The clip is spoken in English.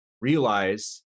realize